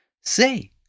Say